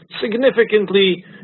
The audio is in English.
significantly